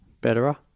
Betterer